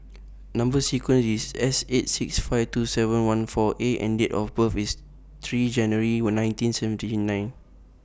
Number sequence IS S eight six five two seven one four A and Date of birth IS three January nineteen seventy nine